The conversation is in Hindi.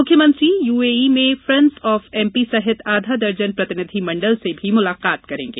मुख्यमंत्री यूएई में फ्रेंडस आफ एमपी सहित आधा दर्जन प्रतिनिधि मंडल से भी मुलाकात करेंगे